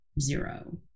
zero